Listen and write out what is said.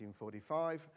1945